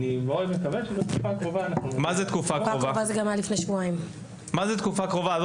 מאוד מקווה שבתקופה הקרובה אנחנו --- מה זה תקופה קרובה?